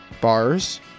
bars